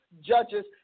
Judges